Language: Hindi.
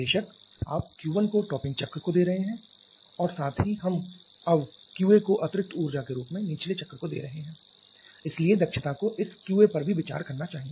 बेशक आप Q1 को टॉपिंग चक्र को दे रहे हैं और साथ ही हम अब QA को अतिरिक्त ऊर्जा के रूप में निचले चक्र को दे रहे हैं इसलिए दक्षता को इस QA पर भी विचार करना चाहिए